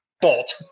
bolt